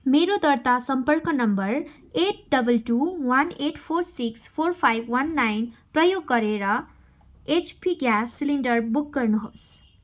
मेरो दर्ता सम्पर्क number eight double two one eight four six four five one nine प्रयोग गरेर एचपी ग्यास सिलिन्डर बुक गर्नुहोस्